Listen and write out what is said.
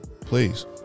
please